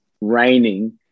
raining